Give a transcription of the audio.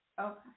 Okay